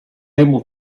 able